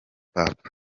hop